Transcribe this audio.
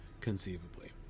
conceivably